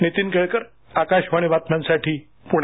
नीतीन केळकर आकाशवाणी बातम्यांसाठी पूणे